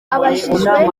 abajijwe